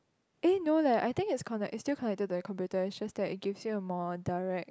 eh no leh I think it's connect it still connected to your computer it's just that it gives you a more direct